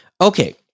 Okay